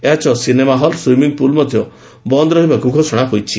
ଏହାସହ cinema hall ଓ swimming pool ମଧ୍ଧ ବନ୍ଦ କରିବାକୁ ଘୋଷଣା ହୋଇଛି